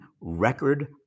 record